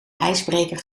ijsbreker